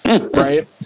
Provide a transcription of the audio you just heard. Right